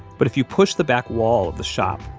but if you push the back wall of the shop,